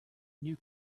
new